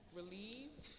relieved